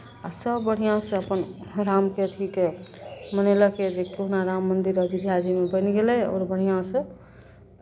आ सभ बढ़िआँसँ अपन रामके अथीके मनेलकै जे कहुना राममन्दिर अयोध्याजीमे बनि गेलै आओर बढ़िआँसँ